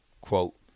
Quote